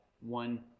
one